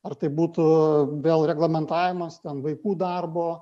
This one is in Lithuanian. ar tai būtų vėl reglamentavimas ten vaikų darbo